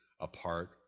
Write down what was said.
apart